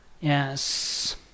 Yes